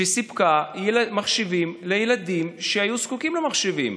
שסיפקה מחשבים לילדים שהיו זקוקים למחשבים.